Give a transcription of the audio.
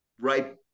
right